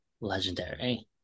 legendary